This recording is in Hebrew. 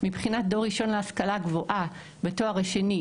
מבחינת דור ראשון להשכלה גבוהה בתואר שני,